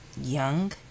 young